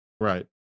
Right